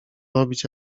robić